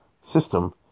system